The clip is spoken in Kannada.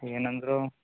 ಏನಂದರು